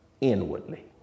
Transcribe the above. inwardly